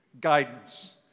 guidance